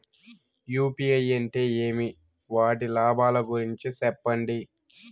UPI అంటే ఏమి? వాటి లాభాల గురించి సెప్పండి?